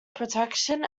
protection